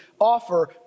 offer